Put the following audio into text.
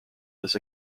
this